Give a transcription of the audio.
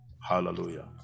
Hallelujah